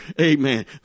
Amen